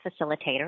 facilitator